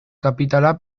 kapitala